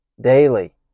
daily